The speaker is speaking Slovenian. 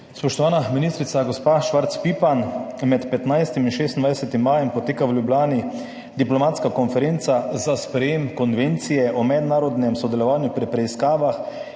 Spoštovana ministrica gospa Švarc Pipan! Med 15. in 26. majem poteka v Ljubljani diplomatska konferenca za sprejem Konvencije o mednarodnem sodelovanju pri preiskavah